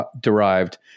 derived